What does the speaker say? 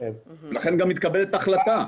לכן גם מתקבלת החלטה.